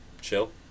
chill